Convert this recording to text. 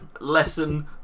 lesson